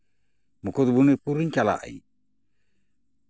ᱢᱩᱠᱩᱴᱢᱩᱱᱤᱯᱩᱨ ᱤᱧ ᱪᱟᱞᱟᱜ ᱤᱧ